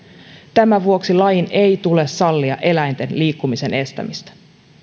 tämän vuoksi lain ei tule sallia eläinten liikkumisen estämistä